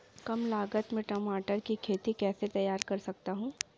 कम लागत में टमाटर की खेती कैसे तैयार कर सकते हैं?